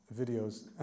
videos